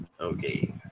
okay